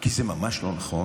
כי זה ממש לא נכון,